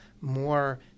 more